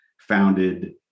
founded